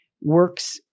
works